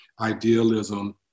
idealism